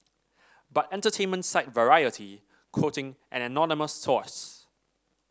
but entertainment site Variety quoting an anonymous source